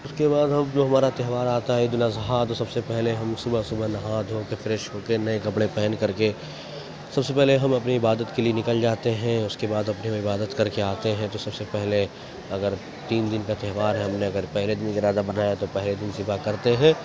اس کے بعد اب جو ہمارا تہوار آتا ہے عید الاضحیٰ تو سب سے پہلے ہم صبح صبح نہا دھو کے فریش ہو کے نئے کپڑے پہن کر کے سب سے پہلے ہم اپنی عبادت کے لیے نکل جاتے ہیں اس کے بعد اپنی ہم عبادت کر کے آتے ہیں تو سب سے پہلے اگر تین دن کا تہوار ہم نے اگر پہلے دن ارادہ بنایا تو پہلے دن ذبح کرتے ہیں